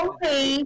Okay